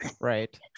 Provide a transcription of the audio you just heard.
Right